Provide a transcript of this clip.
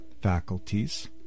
faculties